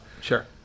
Sure